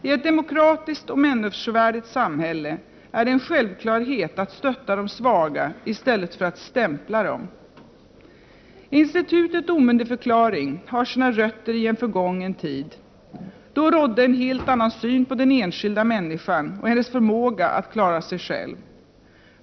I ett demokratiskt och människovärdigt samhälle är det en självklarhet att stötta de svaga i stället för att stämpla dem. Institutet omyndigförklaring har sina rötter i en förgången tid. Då rådde en helt annan syn på den enskilda människan och hennes förmåga att klara sig själv.